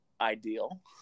ideal